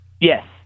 yes